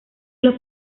los